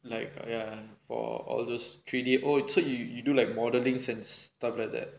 for all those three D oh so you you do like modelings and stuff like that